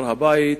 הר-הבית,